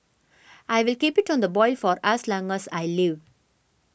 I'll keep it on the boil for as long as I live